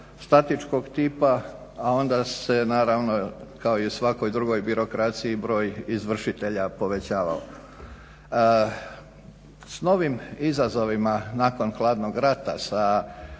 statičkog tipa a onda se naravno kao i u svakoj drugoj birokraciji broj izvršitelja povećavao. S novim izazovima nakon hladnog rata, sa